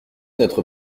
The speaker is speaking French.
notre